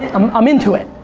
i'm into it.